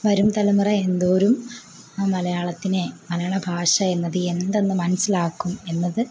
വരും തലമുറ എന്തോരും മലയാളത്തിനെ മലയാളഭാഷയെന്നത് എന്തെന്ന് മനസ്സിലാക്കും എന്നത്